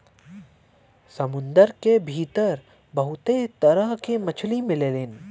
समुंदर के भीतर बहुते तरह के मछली मिलेलीन